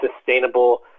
sustainable